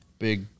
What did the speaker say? Big